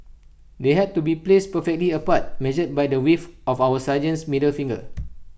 they had to be placed perfectly apart measured by the width of our sergeants middle finger